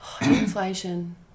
Inflation